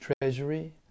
treasury